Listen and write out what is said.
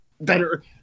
better